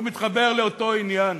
והוא מתחבר לאותו עניין.